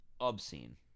obscene